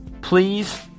please